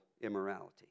immorality